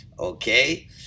Okay